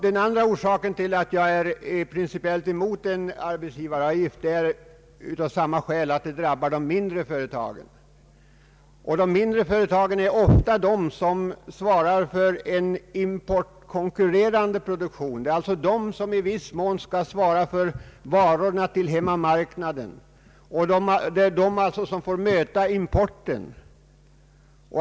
Den andra orsaken till att jag är principiellt emot en arbetsgivaravgift är att den hårt drabbar de mindre företagen, de som också har en förhållandevis hög manuell produktion. Det är oftast dessa företag som svarar för den importkonkurrerande produktionen. Det är alltså de som i viss mån skall svara för varorna till hemmamarknaden, och det är de som får möta importen.